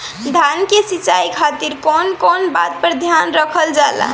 धान के सिंचाई खातिर कवन कवन बात पर ध्यान रखल जा ला?